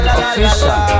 official